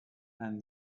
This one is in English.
and